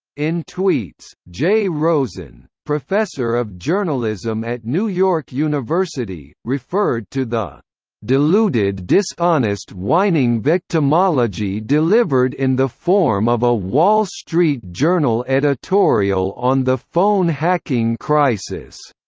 in tweets, jay rosen, professor of journalism at new york university, referred to the deluded dishonest whining victimology delivered in the form of a wall street journal editorial on the phone hacking crisis